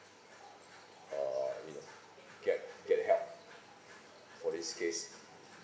uh you know get get help for this case